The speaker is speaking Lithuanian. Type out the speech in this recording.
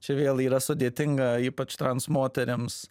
čia vėl yra sudėtinga ypač trans moterims